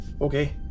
okay